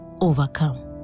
overcome